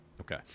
okay